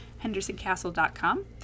hendersoncastle.com